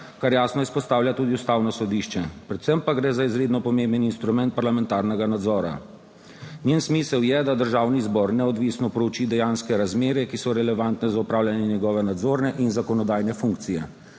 kar jasno izpostavlja tudi Ustavno sodišče, predvsem pa gre za izredno pomemben instrument parlamentarnega nadzora. Njen smisel je, da Državni zbor neodvisno prouči dejanske razmere, ki so relevantne za opravljanje njegove nadzorne in zakonodajne funkcije,